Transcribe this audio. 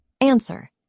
Answer